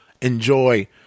enjoy